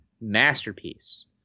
masterpiece